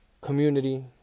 Community